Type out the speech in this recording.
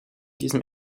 diesem